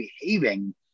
behaving